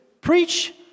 preach